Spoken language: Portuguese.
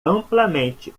amplamente